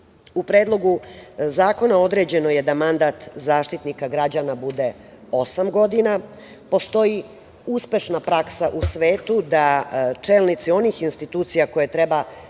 predlogu zakona, određeno je da mandat Zaštitnika građana bude 8 godina i postoji uspešna praksa u svetu da čelnici onih institucija koje treba